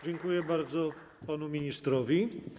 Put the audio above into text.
Dziękuję bardzo panu ministrowi.